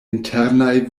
internaj